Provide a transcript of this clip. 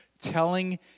telling